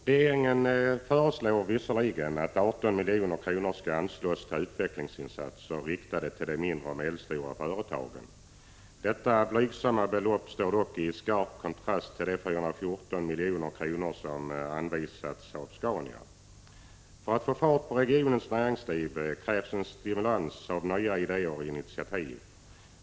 Regeringen föreslår visserligen att 18 milj.kr. anslås till utvecklingsinsatser, riktade till de mindre och medelstora företagen. Detta blygsamma belopp står dock i skarp kontrast till de 414 milj.kr. som anvisats Saab-Scania. För att få fart på regionens näringsliv krävs det att människor stimuleras till nya idéer och initiativ.